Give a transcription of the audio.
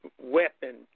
weapon